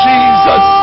Jesus